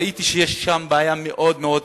וראיתי שיש שם בעיה מאוד מאוד רצינית,